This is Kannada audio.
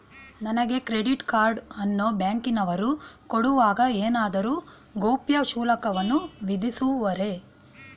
ನನಗೆ ಕ್ರೆಡಿಟ್ ಕಾರ್ಡ್ ಅನ್ನು ಬ್ಯಾಂಕಿನವರು ಕೊಡುವಾಗ ಏನಾದರೂ ಗೌಪ್ಯ ಶುಲ್ಕವನ್ನು ವಿಧಿಸುವರೇ?